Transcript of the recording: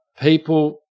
people